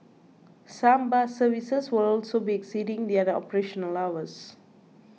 some bus services will also be extending their operational hours